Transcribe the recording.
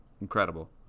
incredible